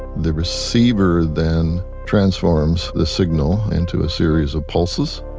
the receiver then transforms the signal into a series of pulses.